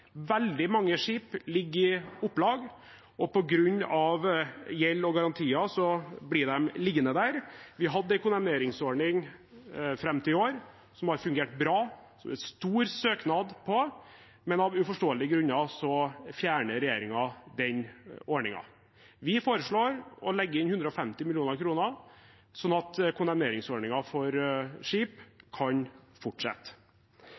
Veldig mange skip ligger i opplag, og på grunn av gjeld og garantier blir de liggende der. Vi hadde en kondemneringsordning fram til i år, som har fungert bra, med stor søknad, men av uforståelige grunner fjerner regjeringen den ordningen. Vi foreslår å legge inn 150 mill. kr, slik at kondemneringsordningen for skip kan fortsette.